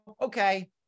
okay